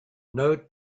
note